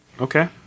Okay